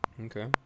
okay